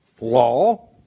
law